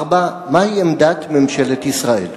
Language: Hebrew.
4. מה היא עמדת ממשלת ישראל?